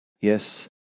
Yes